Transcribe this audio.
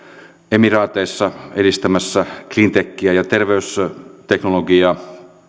emiraateissa edistämässä cleantechiä ja terveysteknologiaa